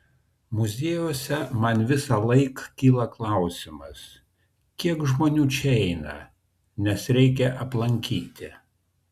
muziejuose man visąlaik kyla klausimas kiek žmonių čia eina nes reikia aplankyti